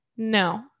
No